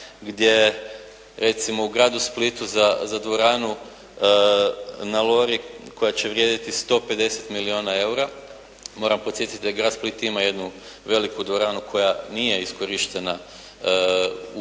gdje, recimo u gradu Splitu za dvoranu na Lori koja će vrijediti 150 milijuna eura, mora podsjetiti da i grad Split ima jednu veliku dvoranu koja nije iskorištena u